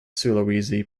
sulawesi